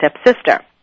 stepsister